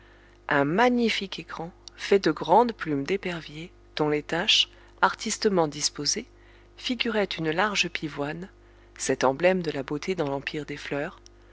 un magnifique écran fait de grandes plumes d'épervier dont les taches artistement disposées figuraient une large pivoine cet emblème de la beauté dans l'empire des fleurs